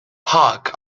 park